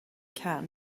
can